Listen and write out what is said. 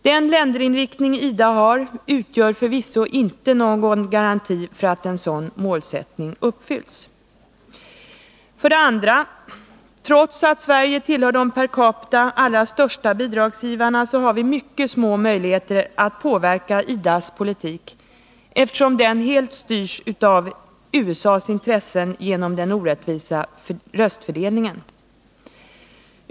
Den länderinriktning som IDA har utgör förvisso inte någon garanti för att en sådan målsättning uppfylls. 2. Trots att Sverige tillhör de per capita allra största bidragsgivarna har vi mycket små möjligheter att påverka IDA:s politik, eftersom den genom den orättvisa röstfördelningen helt styrs av USA:s intressen.